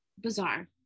Bizarre